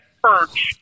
perch